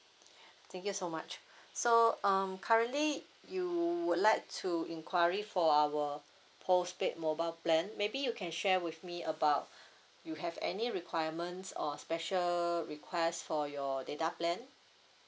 thank you so much so um currently you would like to enquiry for our postpaid mobile plan maybe you can share with me about you have any requirement or special request for your data plan